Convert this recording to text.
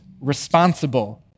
responsible